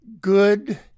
Good